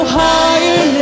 higher